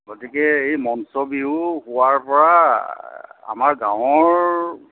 গতিকে এই মঞ্চ বিহু হোৱাৰপৰা আমাৰ গাঁৱৰ